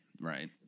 right